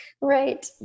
Right